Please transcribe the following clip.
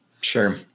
Sure